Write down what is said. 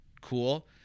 cool